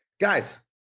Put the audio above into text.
guys